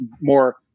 more